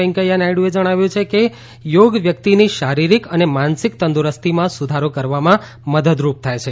વૈંકયા નાયડુએ જણાવ્યું છે કે યોગ વ્યક્તિની શારિરીક અને માનસિક તંદુરસ્તીમાં સુધારો કરવામાં મદદરૂપ થાય છે